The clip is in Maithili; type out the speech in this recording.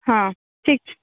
हाँ ठीक छै